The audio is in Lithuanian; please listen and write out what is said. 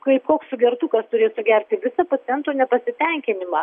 kaip koks sugertukas turės sugerti visą paciento nepasitenkinimą